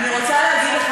אני רוצה להגיד לך